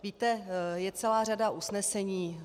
Víte, je celá řada usnesení.